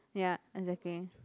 ya exactly